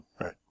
Right